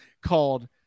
called